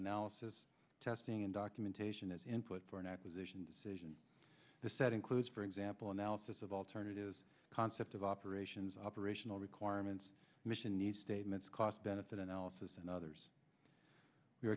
analysis testing and documentation as input for an acquisition decision the set includes for example analysis of alternative concept of operations operational requirements mission need statements cost benefit analysis and others we're